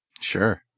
Sure